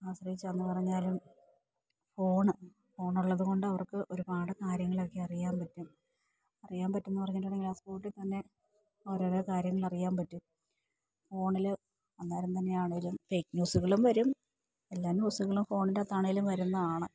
ആശ്രയിച്ചാണെന്നുപറഞ്ഞാലും ഫോണുള്ളതുകൊണ്ടവർക്ക് ഒരുപാട് കാര്യങ്ങളൊക്കെ അറിയാന് പറ്റും അറിയാന് പറ്റുമെന്നു പറഞ്ഞിട്ടുണ്ടെങ്കില് ആ സ്പോട്ടില്ത്തന്നെ ഓരോരോ കാര്യങ്ങളറിയാന്പറ്റും ഫോണില് അന്നേരം തന്നെയാണെങ്കിലും ഫേക്ക് ന്യൂസുകളും വരും എല്ലാ ന്യൂസുകളും ഫോണിന്റെ അകത്താണേലും വരുന്നതാണ്